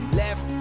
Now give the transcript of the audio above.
left